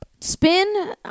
Spin